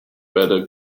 better